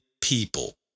people